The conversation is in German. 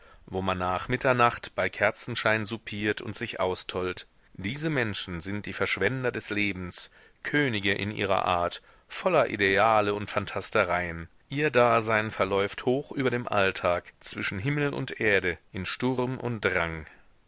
wo man nach mitternacht bei kerzenschein soupiert und sich austollt diese menschen sind die verschwender des lebens könige in ihrer art voller ideale und phantastereien ihr dasein verläuft hoch über dem alltag zwischen himmel und erde in sturm und drang